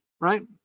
right